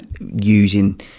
using